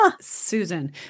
Susan